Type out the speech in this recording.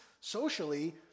socially